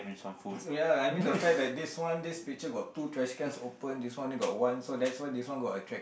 ya I mean the fact that this one this picture got two trash cans open this one only got one so that's why this one got attract